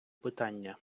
питання